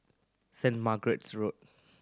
Saint Margaret's Road